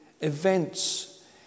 events